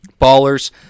ballers